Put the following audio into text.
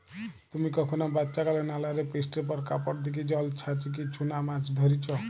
তুমি কখনো বাচ্চাকালে নালা রে বৃষ্টির পর কাপড় দিকি জল ছাচিকি চুনা মাছ ধরিচ?